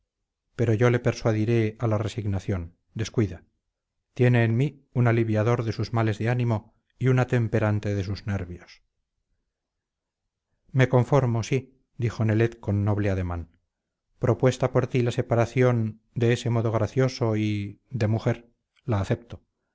pero yo le persuadiré a la resignación descuida tiene en mí un aliviador de sus males de ánimo y un atemperante de sus nervios me conformo sí dijo nelet con noble ademán propuesta por ti la separación con ese modo gracioso y de mujer la acepto